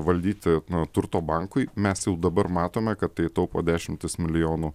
valdyti turto bankui mes jau dabar matome kad tai taupo dešimtis milijonų